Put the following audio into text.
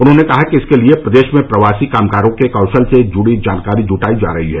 उन्होंने कहा कि इसके लिए प्रदेश में प्रवासी कामगारों के कौशल से जुड़ी जानकारी जुटायी जा रही है